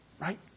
Right